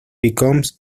becomes